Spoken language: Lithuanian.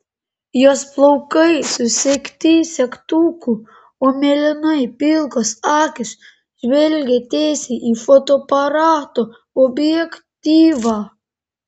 jos plaukai susegti segtuku o mėlynai pilkos akys žvelgia tiesiai į fotoaparato objektyvą